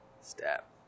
Step